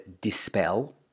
dispel